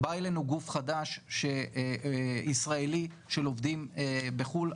בא אלינו גוף חדש ישראלי של עובדים בחו"ל,